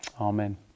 Amen